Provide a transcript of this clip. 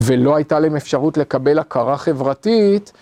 ולא הייתה להם אפשרות לקבל הכרה חברתית.